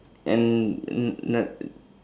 and